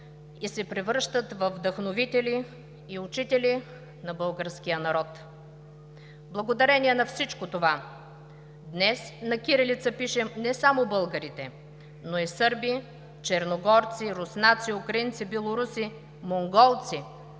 и се превръщат във вдъхновители и учители за българския народ. Благодарение на всичко това днес на кирилица пишем не само българите, но и сърби, черногорци, руснаци, украинци, белоруси, монголци